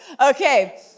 Okay